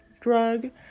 drug